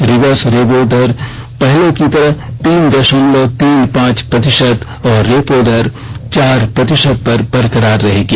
reverse repo दर पहले की तरह तीन दशमलव तीन पांच प्रतिशत और रेपो दर चार प्रतिशत पर बरकरार रहेगी